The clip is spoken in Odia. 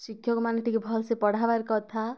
ଶିକ୍ଷକମାନେ ଟିକିଏ ଭଲ୍ସେ ପଢ଼ାବାର କଥା